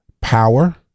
power